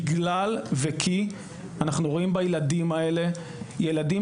בגלל וכי אנחנו רואים בילדים האלה ילדים